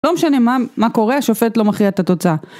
לא משנה מה קורה, שופט לא מכריע את התוצאה.